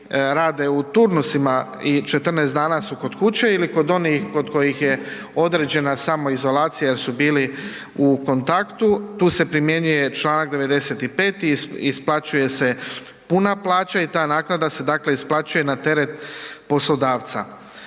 rade u turnusima i 14 dana su kod kuće ili kod onih kod kojih je određena samoizolacija jer su bili u kontaktu, tu se primjenjuje čl. 95., isplaćuje se puna plaća i ta naknada se, dakle isplaćuje na teret poslodavca.